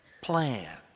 plan